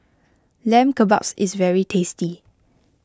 Lamb Kebabs is very tasty